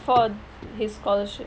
for his scholarship